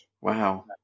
wow